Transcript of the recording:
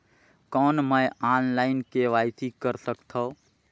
कौन मैं online KYC कर सकथव?